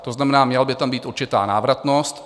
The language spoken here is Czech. To znamená, měla by tam být určitá návratnost.